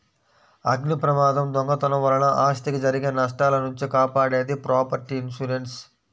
అగ్నిప్రమాదం, దొంగతనం వలన ఆస్తికి జరిగే నష్టాల నుంచి కాపాడేది ప్రాపర్టీ ఇన్సూరెన్స్